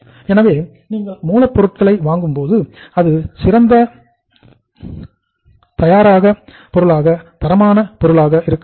எனவே நீங்கள் மூலப்பொருட்களை வாங்கும் போது அது சிறந்த தரமான பொருளாக இருக்க வேண்டும்